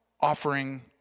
offering